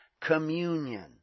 communion